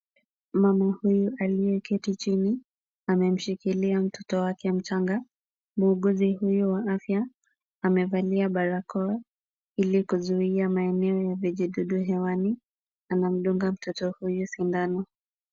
Mama huyu aliye keti chini, amemshikilia mtoto wake mchanga. Muuguzi huyu wa afya, amevalia barakoa, ili kuzuia maeneo ya vijidudu hewani, anamdunga mtoto huyu sindano.